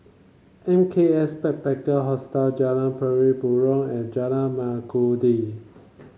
M K S Backpacker Hostel Jalan Pari Burong and Jalan Mengkudu